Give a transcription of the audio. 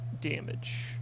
damage